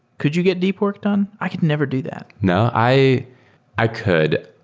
could you get deep work done? i could never do that no. i i could,